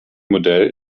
modell